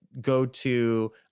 go-to